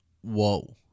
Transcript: Whoa